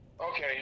Okay